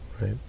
Right